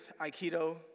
Aikido